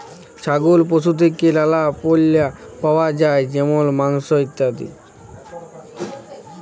ছাগল পশু থেক্যে লালা পল্য পাওয়া যায় যেমল মাংস, ইত্যাদি